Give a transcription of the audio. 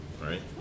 right